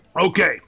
okay